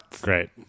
Great